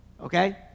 okay